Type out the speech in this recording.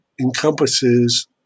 encompasses